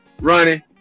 running